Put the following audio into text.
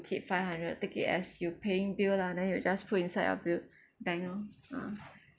keep five hundred take it as you paying bill lah then you just put inside your bill bank loh ah